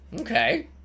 Okay